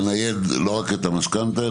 לנייד לא רק את המשכנתה,